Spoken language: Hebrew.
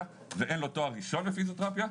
אבל אין לו תואר ראשון בפיזיותרפיה,